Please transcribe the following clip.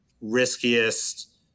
riskiest